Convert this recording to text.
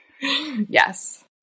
yes